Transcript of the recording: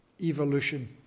evolution